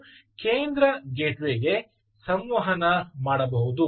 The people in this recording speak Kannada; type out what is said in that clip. ಮತ್ತು ಕೇಂದ್ರ ಗೇಟ್ವೇಗೆ ಸಂವಹನ ಮಾಡಬಹುದು